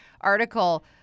article